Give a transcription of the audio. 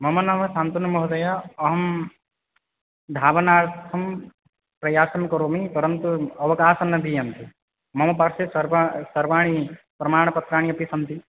मम नाम सान्तनु महोदय अहं धावनार्थं प्रयासं करोमि परन्तु अवकाशं न दीयन्ते मम पार्श्वे सर्वा सर्वाणि प्रमाणपत्राणि अपि सन्ति